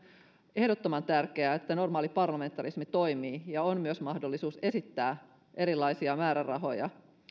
ehdottoman tärkeää että normaali parlamentarismi toimii ja on myös mahdollisuus esittää erilaisia määrärahoja